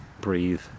breathe